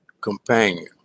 companion